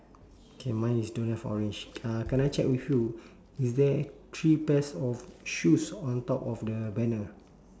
K mine is don't have orange ah can I check with you is there three pairs of shoes on top of the banner